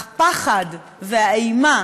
הפחד והאימה